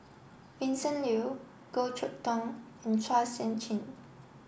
Vincent Leow Goh Chok Tong and Chua Sian Chin